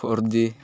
four G